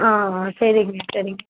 ஆ ஆ சரிங்க சரிங்க